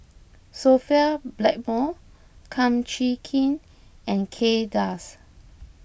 Sophia Blackmore Kum Chee Kin and Kay Das